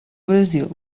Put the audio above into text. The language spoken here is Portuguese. brasil